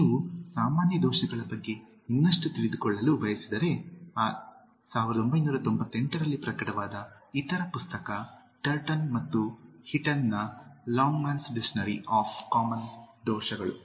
ನೀವು ಸಾಮಾನ್ಯ ದೋಷಗಳ ಬಗ್ಗೆ ಇನ್ನಷ್ಟು ತಿಳಿದುಕೊಳ್ಳಲು ಬಯಸಿದರೆ ಆದರೆ 1998 ರಲ್ಲಿ ಪ್ರಕಟವಾದ ಇತರ ಪುಸ್ತಕ ಟರ್ಟನ್ ಮತ್ತು ಹೀಟನ್ನ ಲಾಂಗ್ಮ್ಯಾನ್ಸ್ ಡಿಕ್ಷನರಿ ಆಫ್ ಕಾಮನ್ ದೋಷಗಳ